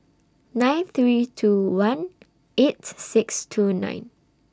nine three two one eight six two nine